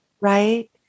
Right